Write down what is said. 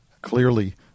Clearly